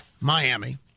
Miami